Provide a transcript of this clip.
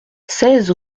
seize